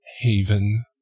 haven